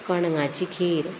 कणगांची खीर